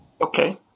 Okay